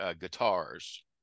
guitars